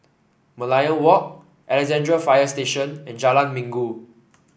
Merlion Walk Alexandra Fire Station and Jalan Minggu